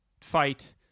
fight